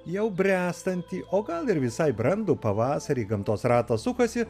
jau bręstantį o gal ir visai brandų pavasarį gamtos ratas sukasi